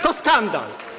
To skandal!